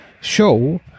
show